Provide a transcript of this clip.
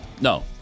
No